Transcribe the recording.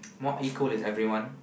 more equal as everyone